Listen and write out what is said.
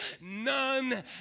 none